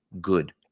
good